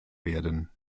werden